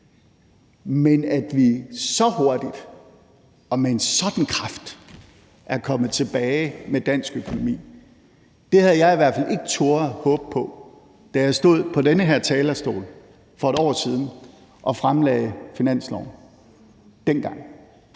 men fordi vi så hurtigt og med en sådan kraft er kommet tilbage i forhold til dansk økonomi. Det havde jeg i hvert fald ikke turdet håbe på, da jeg stod på den her talerstol for et år siden og fremlagde finansloven dengang.